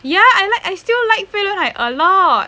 ya I like I still like 飞轮海 a lot